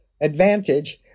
advantage